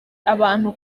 abantu